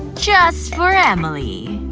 just for emily,